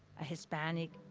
a hispanic.